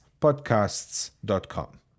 podcasts.com